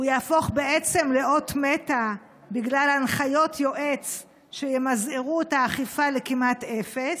יהפוך לאות מתה בגלל הנחיות יועץ שימזערו את האכיפה כמעט לאפס?